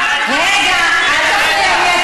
רגע, אל תפריע לי.